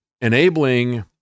enabling